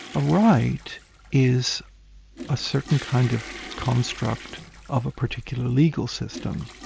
a right is a certain kind of construct of a particular legal system,